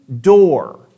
door